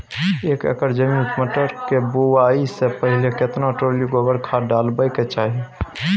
एक एकर जमीन में मटर के बुआई स पहिले केतना ट्रॉली गोबर खाद डालबै के चाही?